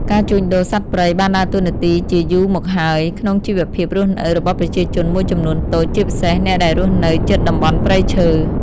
ការជួញដូរសត្វព្រៃបានដើរតួនាទីជាយូរមកហើយក្នុងជីវភាពរស់នៅរបស់ប្រជាជនមួយចំនួនតូច ជាពិសេសអ្នកដែលរស់នៅជិតតំបន់ព្រៃឈើ។